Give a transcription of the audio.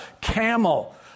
camel